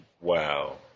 Wow